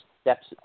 steps